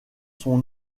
son